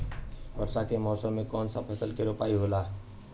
वर्षा के मौसम में कौन सा फसल के रोपाई होला?